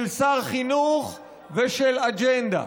של שר חינוך ושל אג'נדה.